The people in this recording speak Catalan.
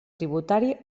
tributari